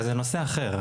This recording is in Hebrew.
אבל זה נושא אחר.